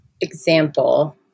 example